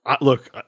Look